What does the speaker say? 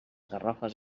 garrofes